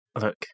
Look